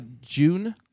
June